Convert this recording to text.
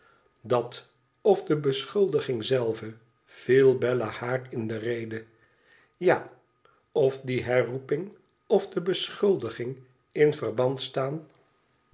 dat of de beschuldiging zelve viel bella haar in de rede ja of die herroeping of de beschuldiging in verband staan